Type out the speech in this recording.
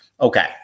Okay